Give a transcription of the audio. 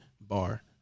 Bar